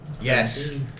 Yes